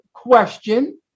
question